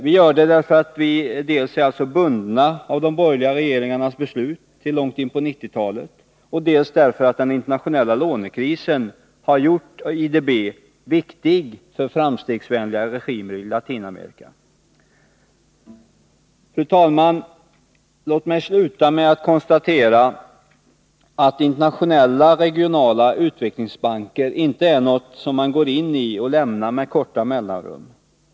Vi gör det dels därför att vi är bundna av de borgerliga regeringarnas beslut till långt in på 1990-talet, dels därför att den internationella lånekrisen har gjort IDB viktig för framstegsvänliga regimer i Latinamerika. Fru talman! Låt mig sluta med att konstatera att internationella regionala utvecklingsbanker inte är något som man går in i och lämnar med korta mellanrum.